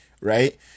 right